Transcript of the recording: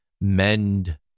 mend